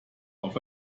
auf